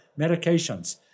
medications